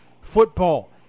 football